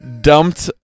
dumped